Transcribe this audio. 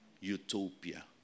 Utopia